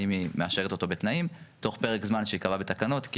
האם היא מאשרת אותו בתנאים תוך פרק זמן שייקבע בתקנות,